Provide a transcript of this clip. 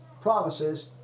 promises